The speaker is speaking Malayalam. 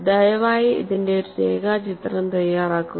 ദയവായി ഇതിന്റെ ഒരു രേഖാചിത്രം തയ്യാറാക്കുക